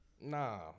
Nah